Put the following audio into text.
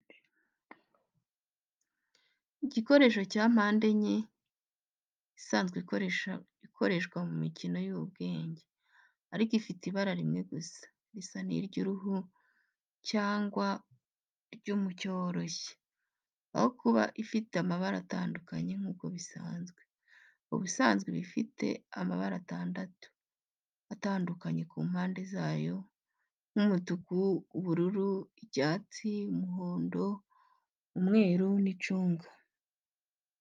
Igikoresho cya mpande enye isanzwe ikoreshwa mu mikino y’ubwenge, ariko ifite ibara rimwe gusa risa n’iry'uruhu cyangwa ry'umucyo woroshye, aho kuba ifite amabara atandukanye nk'uko bisanzwe. Ubusanzwe iba ifite amabara atandatu atandukanye ku mpande zayo nk'umutuku, ubururu, icyatsi, umuhondo, umweru n'icunga.